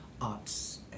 arts